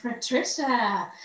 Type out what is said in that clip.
Patricia